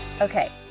Okay